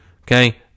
Okay